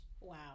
Wow